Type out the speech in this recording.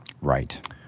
Right